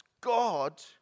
God